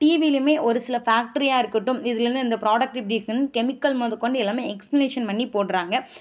டிவிலையுமே ஒரு சில ஃபேக்ட்ரியாக இருக்கட்டும் இதுலேயிருந்து இந்த ப்ராடக்ட் இப்படி இருக்குதுனு கெமிக்கல் முதகொண்டு எல்லாமே எக்ஸ்ப்ளனேஷன் பண்ணி போடுறாங்க